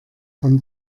von